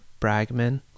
Bragman